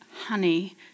honey